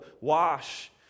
wash